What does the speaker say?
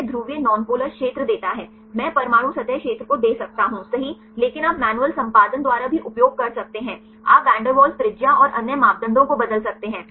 यह ध्रुवीय नॉनपोलर क्षेत्र देता है मैं परमाणु सतह क्षेत्र को दे सकता हूं सही लेकिन आप मैन्युअल संपादन द्वारा भी उपयोग कर सकते हैं आप वैन डेर वाल्स त्रिज्या और अन्य मापदंडों को बदल सकते हैं